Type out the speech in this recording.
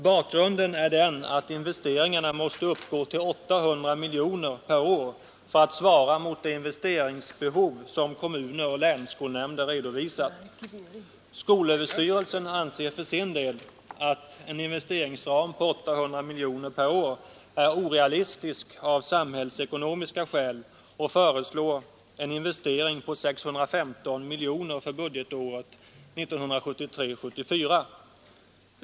Bakgrunden är den att investeringarna måste uppgå till 800 miljoner per år för att svara mot det investeringsbehov som kommuner och länsskolnämnder redovisar. Skolöverstyrelsen anser för sin del att en investeringsram på 800 miljoner kronor per år är orealistisk av samhällsekonomiska skäl och föreslår en investering på 615 miljoner för budgetåret 1973/74.